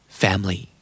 family